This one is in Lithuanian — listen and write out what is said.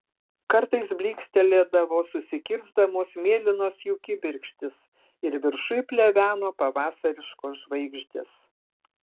kartais blykstelėdavo susikirsdamos mėlynos jų kibirkštys ir viršuj pleveno pavasariškos žvaigždės